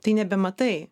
tai nebematai